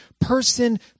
person